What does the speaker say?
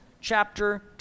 chapter